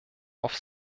auf